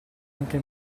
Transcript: anche